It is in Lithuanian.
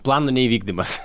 plano neįvykdymas